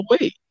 wait